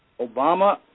Obama